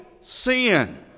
sin